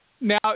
Now